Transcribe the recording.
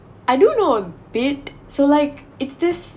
I do know a bit so like is this